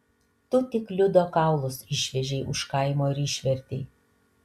tu tik liudo kaulus išvežei už kaimo ir išvertei